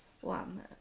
one